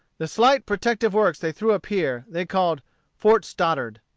the slight protective works they threw up here, they called fort stoddart.